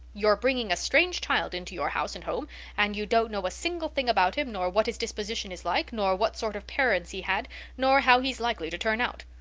you're bringing a strange child into your house and home and you don't know a single thing about him nor what his disposition is like nor what sort of parents he had nor how he's likely to turn out.